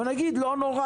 אבל נגיד לא נורא,